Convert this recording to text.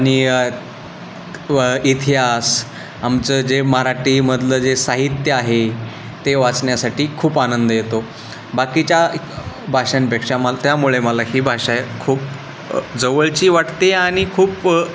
आणि व इतिहास आमचं जे मराठीमधलं जे साहित्य आहे ते वाचण्यासाठी खूप आनंद येतो बाकीच्या भाषांपेक्षा माल त्यामुळे मला ही भाषा खूप जवळची वाटते आणि खूप अ